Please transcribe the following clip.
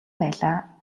байлаа